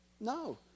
No